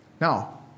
Now